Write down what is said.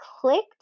clicked